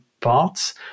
parts